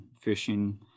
fishing